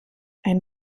ein